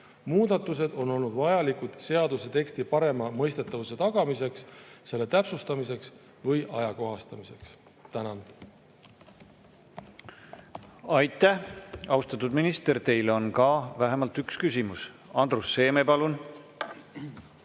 Muudatused on olnud vajalikud seaduse teksti parema mõistetavuse tagamiseks, selle täpsustamiseks ja ajakohastamiseks. Tänan! Aitäh, austatud minister! Teile on ka vähemalt üks küsimus. Andrus Seeme, palun!